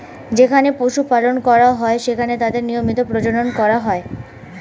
যেখানে পশু পালন করা হয়, সেখানে তাদের নিয়মিত প্রজনন করা হয়